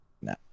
No